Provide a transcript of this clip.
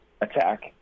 attack